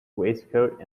waistcoat